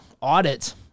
audit